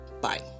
Bye